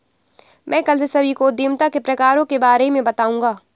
मैं कल से सभी को उद्यमिता के प्रकारों के बारे में बताऊँगा